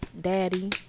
Daddy